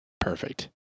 Perfect